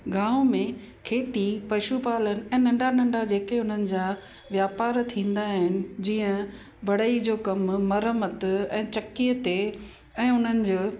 गांव में खेती पशु पालन ऐं नंढा नंढा जेके हुननि जा वापार थींदा आहिनि जीअं बढ़ई जो कमु मरमत ऐं चकीअ ते ऐं उन्हनि जो